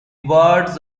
words